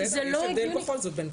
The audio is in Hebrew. בסדר, יש הבדל בכל זאת בין פקח לשוטר.